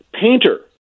painter